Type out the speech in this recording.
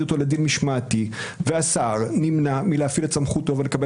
אותו לדין משמעתי והשר נמנע מלהפעיל את סמכותו ולקבל